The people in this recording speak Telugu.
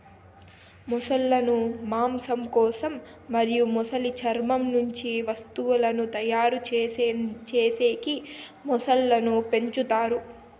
మొసళ్ళ ను మాంసం కోసం మరియు మొసలి చర్మం నుంచి వస్తువులను తయారు చేసేకి మొసళ్ళను పెంచుతారు